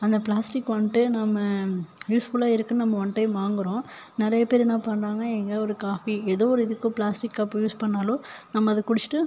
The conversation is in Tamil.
அந்த பிளாஸ்டிக் வன்ட்டு நம்ம யூஸ்ஃபுல்லாக இருக்குனு நம்ம ஒன் டைம் வாங்குகிறோம் நிறைய பேர் என்ன பண்ணுறாங்க எங்கையோ ஒரு காஃபி ஏதோ ஒரு இதுக்கு பிளாஸ்டிக் கப் யூஸ் பண்ணிணாலோ நம்ம அதை குடிச்சுட்டு